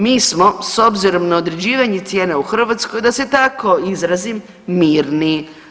Mi smo s obzirom na određivanje cijena u Hrvatskoj, da se tako izrazim, mirni.